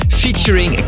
featuring